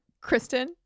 Kristen